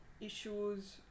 issues